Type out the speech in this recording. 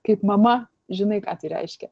kaip mama žinai ką tai reiškia